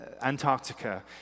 Antarctica